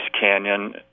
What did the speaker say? Canyon